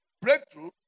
Breakthrough